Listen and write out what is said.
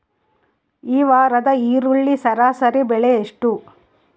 ಈ ವಾರದ ಈರುಳ್ಳಿ ಸರಾಸರಿ ಬೆಲೆ ಎಷ್ಟು?